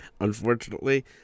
unfortunately